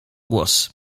głos